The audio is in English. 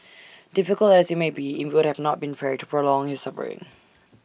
difficult as IT may be IT would not have been fair to prolong his suffering